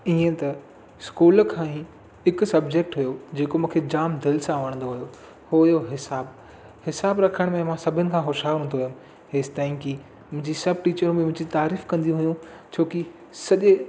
ईअं त स्कूल खां ई हिकु सबजैक्ट हुओ जेको मूंखे जाम दिलि सां वणंदो हू हुओ हिसाबु हिसाब रखण में मां सभिनि खां होश्यारु हूंदो हुओ हेसि तांई की मुंहिंजी सभु टीचरियूं बि मुंहिंजी तारीफ़ कंदी हुयूं छोकी सॼे